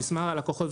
במספר הלקוחות,